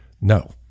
No